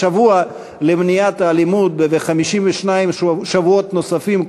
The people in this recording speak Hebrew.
בשבוע למניעת האלימות וב-52 שבועות נוספים,